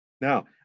Now